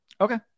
Okay